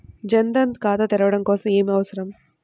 జన్ ధన్ ఖాతా తెరవడం కోసం ఏమి అవసరం?